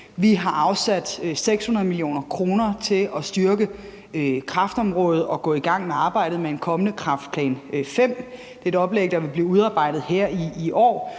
Vi har afsat 600 mio. kr. til at styrke kræftområdet og at gå i gang med arbejdet med den kommende Kræftplan V. Det er et oplæg, der vil blive udarbejdet her i år.